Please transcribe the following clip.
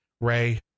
Ray